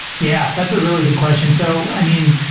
yeah, that's a really good question. so i mean,